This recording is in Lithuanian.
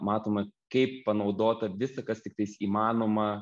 matoma kaip panaudota visa kas tiktais įmanoma